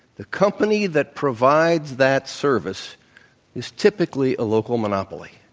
the company that provides that service is typically a local monopoly.